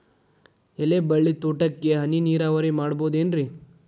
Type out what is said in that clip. ಎಲೆಬಳ್ಳಿ ತೋಟಕ್ಕೆ ಹನಿ ನೇರಾವರಿ ಮಾಡಬಹುದೇನ್ ರಿ?